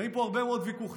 מנהלים פה הרבה מאוד ויכוחים,